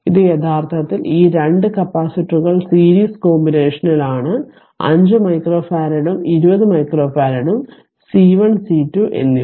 ഇത് യഥാർത്ഥത്തിൽ ഈ 2 കപ്പാസിറ്ററുകൾ സീരീസ് കോമ്പിനേഷനിൽ ആണ് 5 മൈക്രോഫറാഡും 20 മൈക്രോഫറാഡും സി 1 സി 2 എന്നിവ